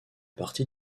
partie